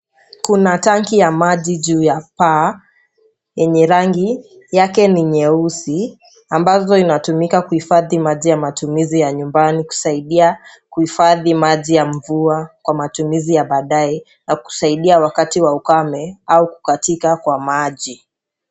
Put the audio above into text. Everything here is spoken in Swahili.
Kuna Tanki ya maji juu ya paa yenye rangi yake ni nyeusi ambazo zinatumika kuhifadhi maji ya matumizi ya nyumbani kusaidia kuhifadhi maji ya mvua kwa matumizi ya baadaye na kusaidia wakati wa ukame au kukatika kwa maji.